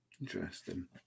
Interesting